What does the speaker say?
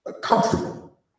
comfortable